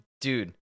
Dude